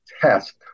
test